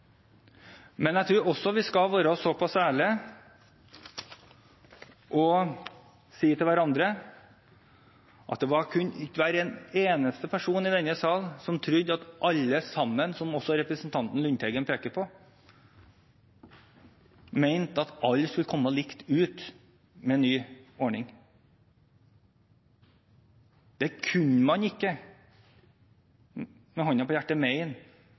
Men jeg tror også vi skal være såpass ærlige og si til hverandre at det kunne ikke være en eneste person i denne sal som trodde at alle sammen, som også representanten Lundteigen peker på, skulle komme likt ut med ny ordning. Det kunne man ikke med hånden på hjertet